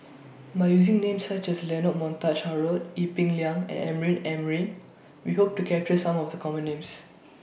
By using Names such as Leonard Montague Harrod Ee Peng Liang and Amrin Amin We Hope to capture Some of The Common Names